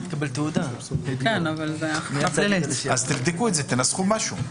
אז תבדקו ותנסחו משהו מתאים.